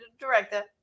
Director